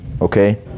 Okay